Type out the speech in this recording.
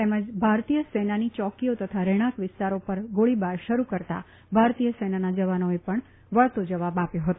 તેમણે ભારતીય સેનાની ચોકીઓ તથા રહેણાંક વિસ્તારો પર ગોળીબાર શરૂ કરતા ભારતીય સેનાના જવાનોએ પણ વળતો જવાબ આપ્યો હતો